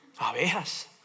Abejas